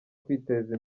kwiteza